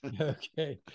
Okay